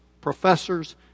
professors